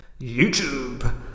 YouTube